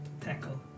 tackle